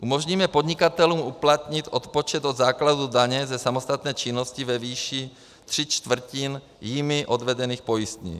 Umožníme podnikatelům uplatnit odpočet od základu daně ze samostatné činnosti ve výši tří čtvrtin jimi odvedených pojistných.